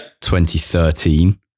2013